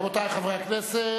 רבותי חברי הכנסת,